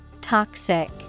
Toxic